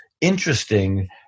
interesting